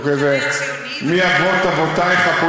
אבל אני לא יודע בדיוק מי אבות אבותייך הפוליטיים.